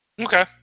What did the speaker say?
Okay